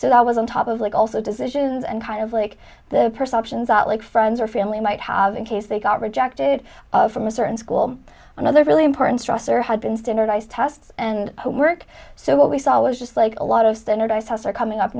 that was on top of like also decisions and kind of like the perceptions out like friends or family might have in case they got rejected from a certain school another really important structure had been standardized tests and homework so what we saw was just like a lot of standardized tests are coming up